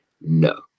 No